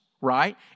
right